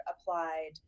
applied